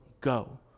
Go